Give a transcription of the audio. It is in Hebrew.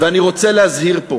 ואני רוצה להזהיר פה